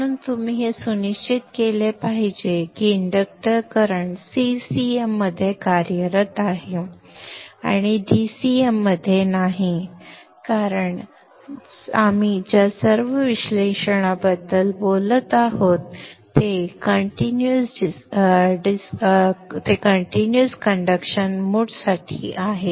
म्हणून तुम्ही हे सुनिश्चित केले पाहिजे की इंडक्टर करंट CCM मध्ये कार्यरत आहे आणि DCM मध्ये नाही कारण आपण ज्या सर्व विश्लेषणाबद्दल बोलत आहोत ते कंटीन्यूअस कंडक्शन मोडसाठी आहे